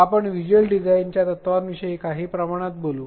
आपण व्हिज्युअल डिझाइनच्या तत्त्वांविषयी काही प्रमाणात बोलू